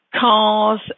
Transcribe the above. cars